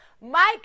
Mike